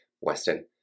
Weston